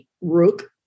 Rook